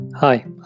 Hi